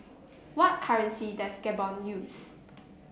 what currency does Gabon use